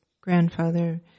grandfather